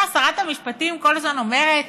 שרת המשפטים כל הזמן אומרת: